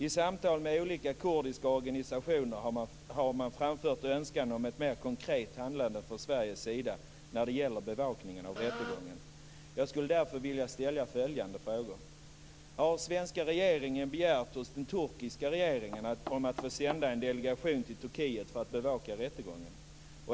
I samtal med olika kurdiska organisationer har det framförts en önskan om ett mer konkret handlande från Sveriges sida när det gäller bevakningen av rättegången. Jag skulle därför vilja ställa följande frågor: Har svenska regeringen begärt hos den turkiska regeringen att få sända en delegation till Turkiet för att bevaka rättegången?